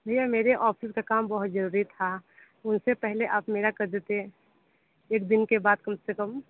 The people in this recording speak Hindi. भैया मेरे ऑफिस का काम बहुत ज़रूरी था उन से पहले आप मेरा कर देते एक दिन के बाद कम से कम